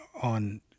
on